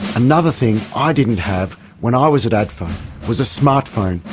another thing i didn't have when i was at adfa was a smart phone,